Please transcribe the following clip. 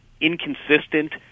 inconsistent